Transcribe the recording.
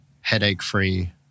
headache-free